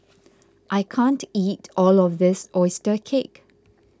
I can't eat all of this Oyster Cake